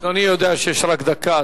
אדוני יודע שיש רק דקה,